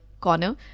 corner